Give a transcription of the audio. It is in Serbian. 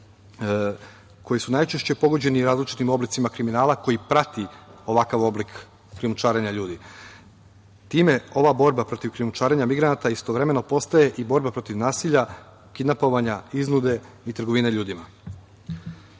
koje su najčešće pogođeni različitim oblicima kriminala koji prati ovakav oblik krijumčarenja ljudi. Time ova borba protiv krijumčarenja migranata istovremeno postaje i borba protiv nasilja, kidnapovanja, iznude i trgovine